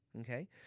Okay